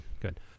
good